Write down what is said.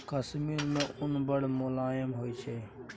कश्मीरी उन बड़ मोलायम होइ छै